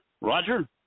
Roger